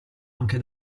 anche